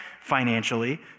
financially